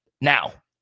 Now